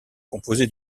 composée